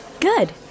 Good